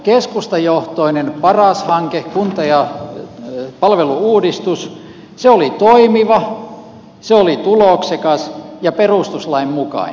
keskustajohtoinen paras hanke kunta ja palvelu uudistus oli toimiva se oli tuloksekas ja perustuslain mukainen